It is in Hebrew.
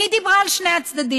והיא דיברה על שני הצדדים.